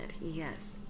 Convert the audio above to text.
yes